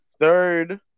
third